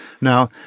Now